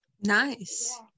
nice